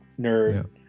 nerd